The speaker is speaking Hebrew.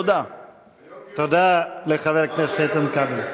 תודה לחבר הכנסת איתן כבל.